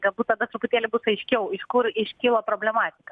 galbūt tada truputėlį bus aiškiau iš kur iškyla problematika